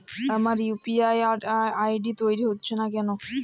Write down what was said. আমার UPI ID তৈরি হচ্ছে না কেনো?